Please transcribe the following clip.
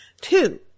Two